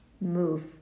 move